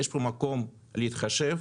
יש פה מקום להתחשב